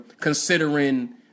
considering